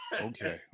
Okay